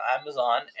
Amazon